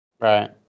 Right